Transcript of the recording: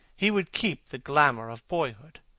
he would keep the glamour of boyhood.